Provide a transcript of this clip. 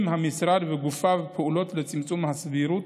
המשרד וגופיו פעולות לצמצום הסבירות